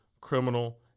criminal